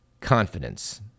confidence